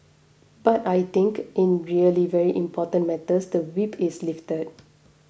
but I think in really very important matters the whip is lifted